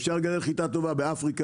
אפשר לגדל חיטה טובה באפריקה,